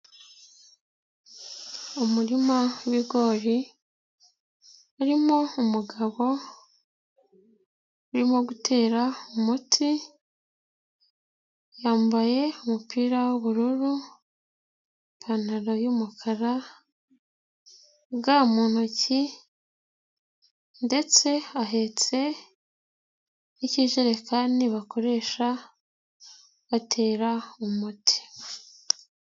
Umurima w'ibigori harimo umugabo urimo gutera umuti, yambaye umupira w'ubururu ipantaro y'umukara, gamu ntoki, ndetse ahetse n'ikijerekani bakoresha batera umuti.